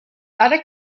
other